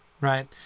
right